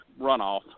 runoff